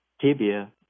tibia